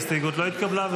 ההסתייגות לא התקבלה.